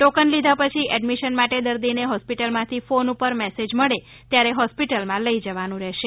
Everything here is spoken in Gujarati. ટોકન લીધા પછી એડમિશન માટે દર્દીને હોસ્પિટલમાંથી ફોન પર મેસેજ મળે ત્યારે હોસ્પિટલમાં લઇ જવાનું રહેશે